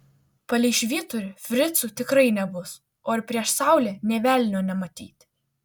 palei švyturį fricų tikrai nebus o ir prieš saulę nė velnio nematyti